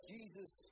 Jesus